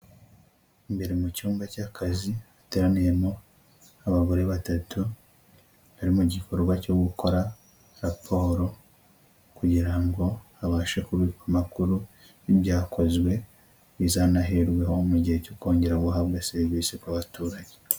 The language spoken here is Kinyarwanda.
Imbere mu cyumba cy'akazi hateraniyemo abagore batatu bari mu gikorwa cyo gukora raporo kugira ngo babashe kubika amakuru y'ibyakozwe, bizanaherweho mu gihe cyo kongera guhabwa serivise ku baturage.